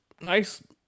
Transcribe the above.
nice